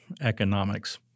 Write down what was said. economics